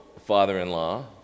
father-in-law